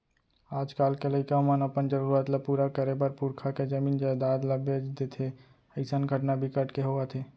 आजकाल के लइका मन अपन जरूरत ल पूरा करे बर पुरखा के जमीन जयजाद ल बेच देथे अइसन घटना बिकट के होवत हे